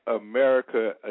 America